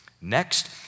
Next